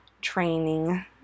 training